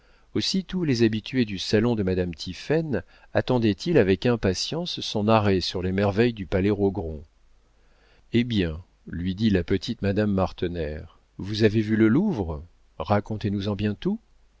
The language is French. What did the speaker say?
tous les habitués du salon de madame tiphaine attendaient ils avec impatience son arrêt sur les merveilles du palais rogron eh bien lui dit la petite madame martener vous avez vu le louvre racontez nous en bien tout